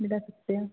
दिला सकते हैं